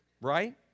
right